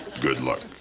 good luck.